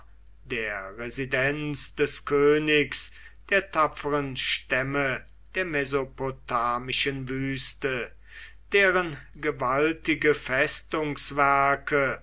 der residenz des königs der tapferen stämme der mesopotamischen wüste deren gewaltige